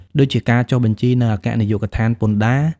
ដូចជាការចុះបញ្ជីនៅអគ្គនាយកដ្ឋានពន្ធដារ។